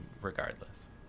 regardless